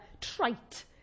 trite